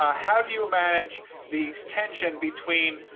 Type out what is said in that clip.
ah how do you manage the tension between,